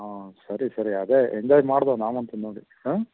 ಹಾಂ ಸರಿ ಸರಿ ಅದೇ ಎಂಜಾಯ್ ಮಾಡ್ದೋ ನಾವಂತೂ ನೋಡಿ ಹಾಂ